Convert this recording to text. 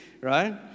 right